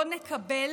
לא נקבל